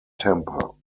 temper